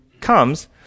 comes